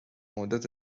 مدت